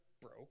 broke